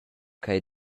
ch’ei